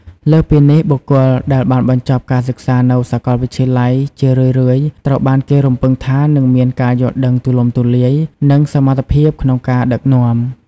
លើសពីនេះ បុគ្គលដែលបានបញ្ចប់ការសិក្សានៅសាកលវិទ្យាល័យ ជារឿយៗត្រូវបានគេរំពឹងថានឹងមានការយល់ដឹងទូលំទូលាយ និងសមត្ថភាពក្នុងការដឹកនាំ។